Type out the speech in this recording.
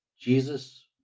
Jesus